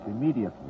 immediately